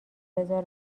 بزار